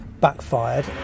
backfired